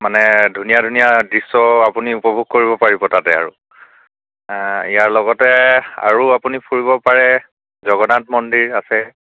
মানে ধুনীয়া ধুনীয়া দৃশ্য় আপুনি উপভোগ কৰিব পাৰিব তাতে আৰু ইয়াৰ লগতে আৰু আপুনি ফুৰিব পাৰে জগন্নাথ মন্দিৰ আছে